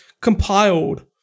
compiled